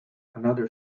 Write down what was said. another